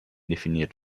definiert